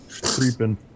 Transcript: Creeping